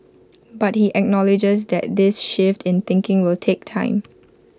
but he acknowledges that this shift in thinking will take time